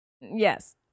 Yes